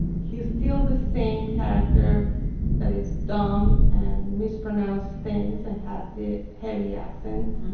he's still the same character that is dumb and mispronounces things and has the heavy accent.